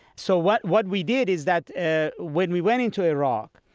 so what what we did is that ah when we went into iraq,